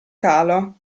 calo